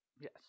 Yes